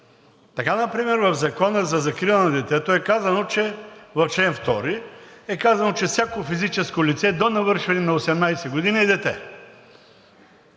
Така например в Закона за закрила на детето, в чл. 2 е казано, че всяко физическо лице до навършване на 18 години е дете.